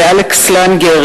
לאלכס לנגר,